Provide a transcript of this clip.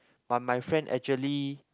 but my friend actually